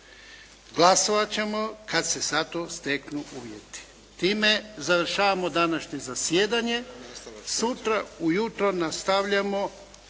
Glasovati ćemo kad se za to steknu uvjeti. Time završavamo današnje zasjedanje. Sutra ujutro nastavljamo